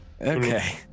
Okay